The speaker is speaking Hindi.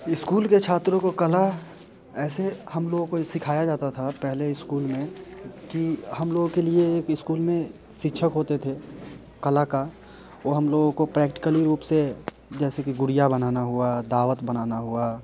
इस्कूल के छात्रों को कला ऐसे हम लोगों को ये सिखाया जाता था पहले इस्कूल में कि हम लोगों के लिए एक इस्कूल में शिक्षक होते थे कला के वो हम लोगों को प्रैक्टिकली रूप से जैसे कि गुड़िया बनाना हुआ दावत बनाना हुआ